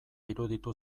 iruditu